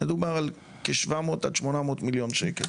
מדובר על כ-700 עד 800 מיליון שקל.